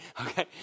Okay